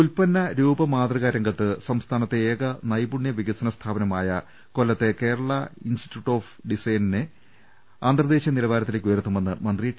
ഉൽപന്ന രൂപമാതൃകാ രംഗത്ത് സംസ്ഥാനത്തെ ഏക നൈപുണ്യവികസന സ്ഥാപനമായ കൊല്ലത്തെ കേരള ഇൻസ്റ്റിറ്റ്യൂട്ട് ഓഫ് ഡിസ്റ്റൈനിനെ അന്തർ ദേശീയ നിലവാരത്തിലേക്ക് ഉയർത്തുമെന്ന് മന്ത്രി ടി